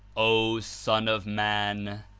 o son of man!